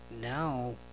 now